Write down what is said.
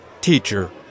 Teacher